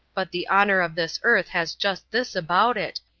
but the honour of this earth has just this about it,